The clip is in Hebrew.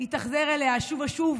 התאכזר אליה שוב ושוב,